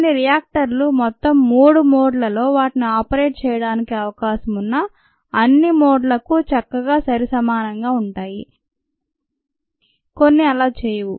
కొన్ని రియాక్టర్లు మొత్తం 3 మోడ్ లలో వాటిని ఆపరేట్ చేయడానికి అవకాశం ఉన్న అన్ని మోడ్ లకు చక్కగా సరిసమానంగా ఉంటాయి కొన్ని అలా చేయవు